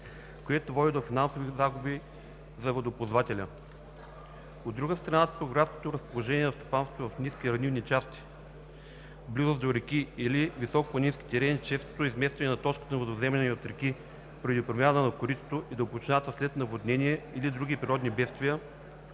което води до финансови загуби за водоползвателя. От друга страна, топографското разположение на стопанствата в ниски равнинни части, в близост до реки или високопланински терени, честото изместване на точката на водовземане от реки, поради промяна на коритото и дълбочината след наводнение или други природни бедствия,